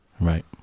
right